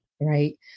Right